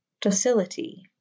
Docility